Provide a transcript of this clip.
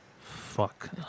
Fuck